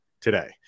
today